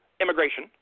immigration